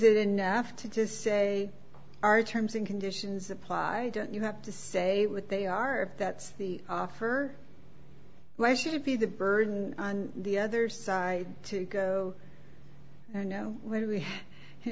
it enough to just say our terms and conditions apply you have to say what they are that's the offer why should it be the burden on the other side to go and know whether we